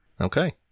Okay